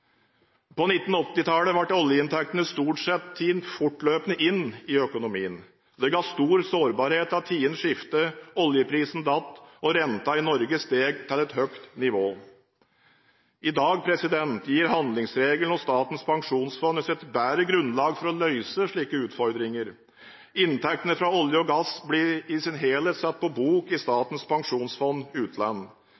På 1980-tallet ble oljeinntektene stort sett tatt fortløpende inn i økonomien. Det ga stor sårbarhet da tidene skiftet, oljeprisene falt og renten i Norge steg til et høyt nivå. I dag gir handlingsregelen og Statens pensjonsfond oss et bedre grunnlag for å løse slike utfordringer. Inntektene fra olje og gass blir i sin helhet satt på bok i